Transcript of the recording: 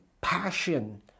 passion